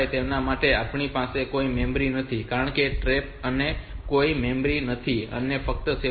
5 તેમના માટે આપણી પાસે કોઈ મેમરી નથી કારણ કે TRAP પાસે પણ કોઈ મેમરી નથી અને ફક્ત 7